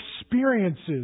experiences